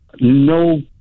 no